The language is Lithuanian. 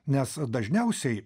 nes dažniausiai